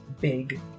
big